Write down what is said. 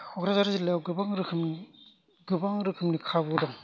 क'क्राझार जिल्लायाव गोबां रोखोमनि गोबां रोखोमनि खाबु दं